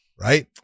Right